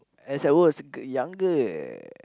as I watch ger~ younger eh